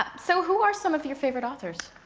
ah so who are some of your favorite authors?